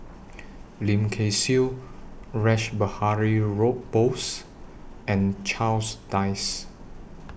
Lim Kay Siu Rash Behari Bose and Charles Dyce